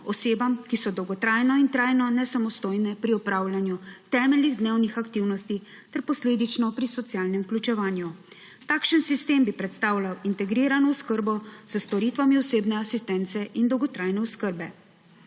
ki so dolgotrajno in trajno nesamostojne pri opravljanju temeljnih dnevnih aktivnosti ter posledično pri socialnem vključevanju. Takšen sistem bi predstavljal integrirano oskrbo s storitvami osebne asistence in dolgotrajne osebe.